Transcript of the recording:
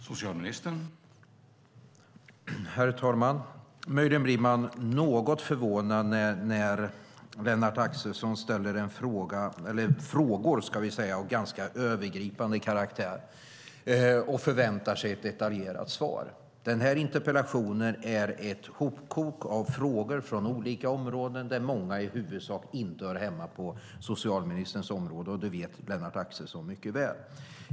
Herr talman! Möjligen blir jag något förvånad när Lennart Axelsson ställer frågor av ganska övergripande karaktär och förväntar sig ett detaljerat svar. Den här interpellationen är ett hopkok av frågor från olika områden, där många i huvudsak inte hör hemma på socialministerns område. Det vet Lennart Axelsson mycket väl.